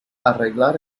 arreglar